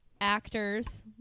actors